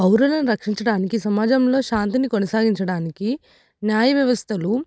పౌరలను రక్షించడానికి సమాజంలో శాంతిని కొనసాగించడానికి న్యాయవ్యవస్థలు